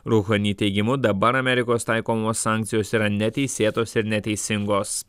ruhani teigimu dabar amerikos taikomos sankcijos yra neteisėtos ir neteisingos